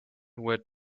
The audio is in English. were